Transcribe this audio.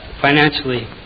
financially